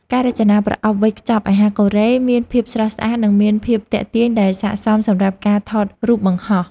ការរចនាប្រអប់វេចខ្ចប់អាហារកូរ៉េមានភាពស្រស់ស្អាតនិងមានភាពទាក់ទាញដែលស័ក្តិសមសម្រាប់ការថតរូបបង្ហោះ។